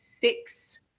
six